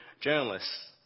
journalists